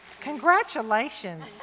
Congratulations